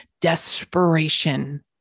desperation